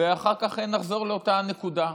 ואחר כך נחזור לאותה הנקודה.